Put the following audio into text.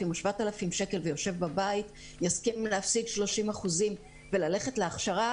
5,000 או 7,000 שקל ויושב בבית יסכים להפסיד 30% וללכת להכשרה,